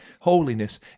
holiness